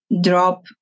drop